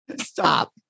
Stop